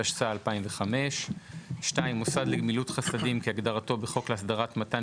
התשס"ה 2005 ; (2) מוסד לגמילות חסדים כהגדרתו בחוק להסדרת מתן